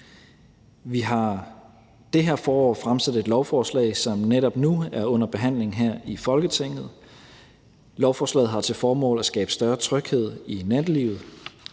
forår fremsat et lovforslag, som netop nu er under behandling her i Folketinget. Lovforslaget har til formål at skabe større tryghed i nattelivet.